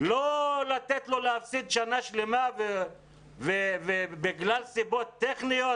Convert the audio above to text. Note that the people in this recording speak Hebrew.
ולא לתת לו להפסיד שנה שלמה בגלל סיבות טכניות,